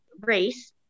race